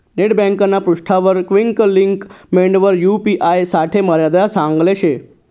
net ब्यांकना पृष्ठावर quick links मेंडवरी यू.पी.आय साठे मर्यादा सांगेल शे